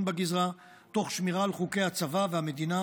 בגזרה תוך שמירה על חוקי הצבא והמדינה,